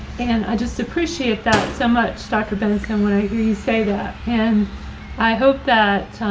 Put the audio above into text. and i just appreciate that so much. dr. benson, when i hear you say that and i hope that